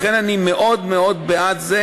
לכן, אני מאוד מאוד בעד זה